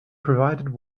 provided